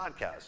podcast